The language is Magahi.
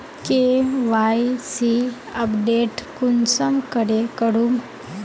के.वाई.सी अपडेट कुंसम करे करूम?